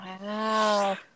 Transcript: Wow